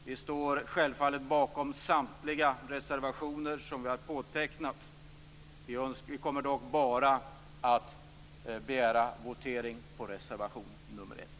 Vi står självfallet bakom samtliga de reservationer som vi har undertecknat. Vi kommer dock bara att begära votering på reservation 1.